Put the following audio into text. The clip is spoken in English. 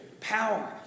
power